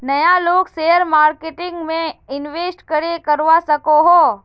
नय लोग share marketing में इंवेस्ट करे करवा सकोहो?